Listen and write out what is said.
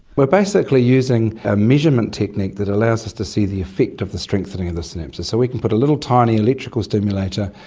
we're basically using a measurement technique that allows us to see the effect of the strengthening of the synapses. so we can put a little tiny electrical stimulator,